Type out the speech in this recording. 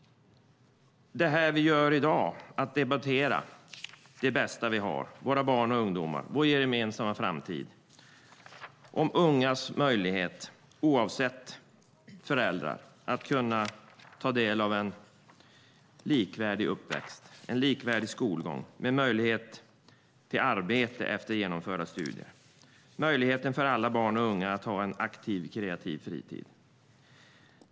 Det vi gör i dag är att debattera det bästa vi har, våra barn och ungdomar, vår gemensamma framtid, ungas möjlighet att oavsett föräldrar ta del av en likvärdig uppväxt och en likvärdig skolgång med möjlighet till arbete efter genomförda studier och möjlighet för alla barn och unga att ha en aktiv kreativ fritid.